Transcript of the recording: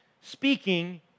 speaking